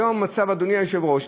אדוני היושב-ראש,